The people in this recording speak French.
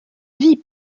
vit